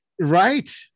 Right